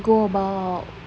we go about